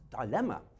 dilemma